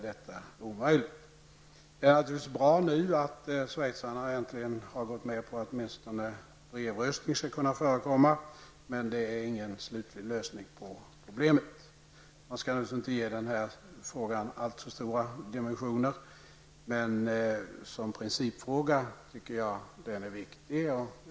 Det är givetvis bra att Schweiz nu äntligen har gått med på att åtminstone brevröstning skall kunna förekomma. Men det är ingen slutlig lösning på problemet. Man skall naturligtvis inte ge denna fråga alltför stora dimensioner, men såsom en principfråga tycker jag att den är viktig.